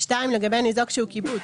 לגבי ניזוק שהוא קיבוץ,